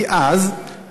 כי אז,